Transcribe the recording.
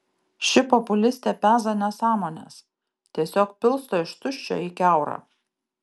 ši populistė peza nesąmones tiesiog pilsto iš tuščio į kiaurą